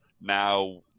now